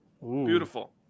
beautiful